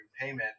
payment